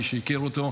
מי שהכיר אותו,